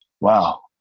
Wow